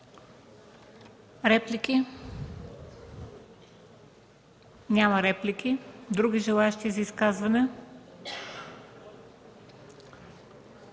Реплики? Няма. Други желаещи за изказване?